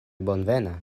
bonvena